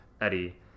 Eddie